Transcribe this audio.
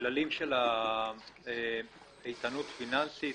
אם אתם יכולים להסביר בקצרה הכללים של איתנות פיננסית,